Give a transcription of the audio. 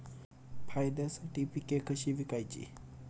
फायद्यासाठी पिके कशी विकायची?